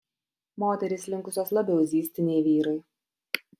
moterys linkusios labiau zyzti nei vyrai